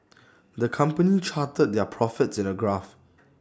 the company charted their profits in A graph